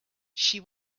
she